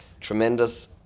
tremendous